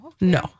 no